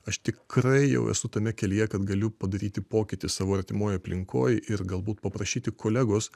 aš tikrai jau esu tame kelyje kad galiu padaryti pokytį savo artimoj aplinkoj ir galbūt paprašyti kolegos